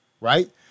right